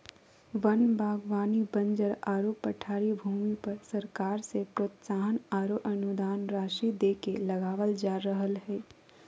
वन बागवानी बंजर आरो पठारी भूमि पर सरकार से प्रोत्साहन आरो अनुदान राशि देके लगावल जा रहल हई